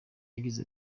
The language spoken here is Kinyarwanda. yagize